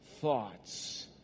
thoughts